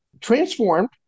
transformed